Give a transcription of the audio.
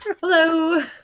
Hello